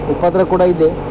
ಉಪದ್ರ ಕೂಡ ಇದೆ